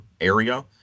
area